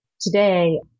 today